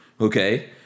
okay